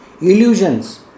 illusions